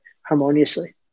harmoniously